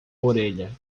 orelha